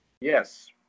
Yes